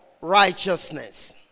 righteousness